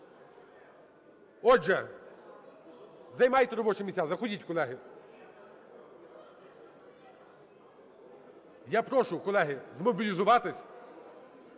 Отже, займайте робочі місця, заходіть, колеги. Я прошу, колеги, змобілізуватися,